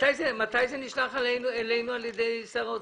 זה נשלח אלינו חתום על ידי שר האוצר?